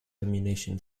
ammunition